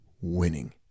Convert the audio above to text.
winning